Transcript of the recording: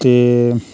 ते